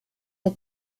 are